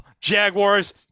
Jaguars